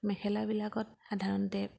মেখেলাবিলাকত সাধাৰণতে